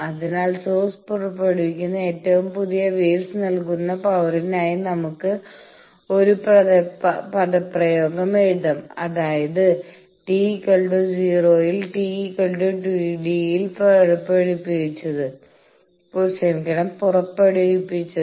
അതിനാൽ സോഴ്സ് പുറപ്പെടുവിക്കുന്ന ഏറ്റവും പുതിയ വേവ്സ് നൽകുന്ന പവറിനായി നമുക്ക് ഒരു പദപ്രയോഗം എഴുതാം അതായത് t 0 ൽ t TDയിൽ പുറപ്പെടുവിച്ചത്